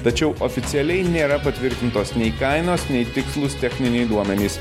tačiau oficialiai nėra patvirtintos nei kainos nei tikslūs techniniai duomenys